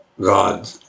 God